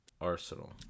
Arsenal